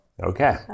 okay